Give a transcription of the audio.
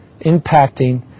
impacting